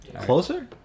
Closer